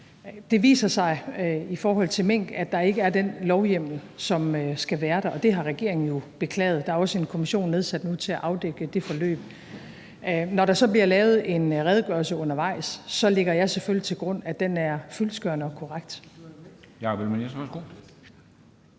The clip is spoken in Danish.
Det viser sig i forhold til mink, at der ikke er den lovhjemmel, som skal være der, og det har regeringen jo beklaget. Der er nu også nedsat en kommission til at afdække det forløb. Når der så bliver lavet en redegørelse undervejs, lægger jeg selvfølgelig til grund, at den er fyldestgørende og korrekt.